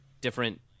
different